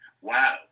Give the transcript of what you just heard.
wow